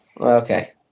Okay